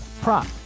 prop